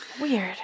Weird